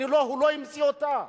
הוא לא המציא אותה.